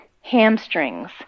hamstrings